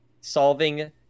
Solving